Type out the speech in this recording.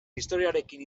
historiarekin